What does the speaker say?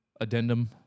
addendum